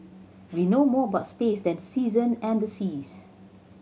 we know more about space than season and the seas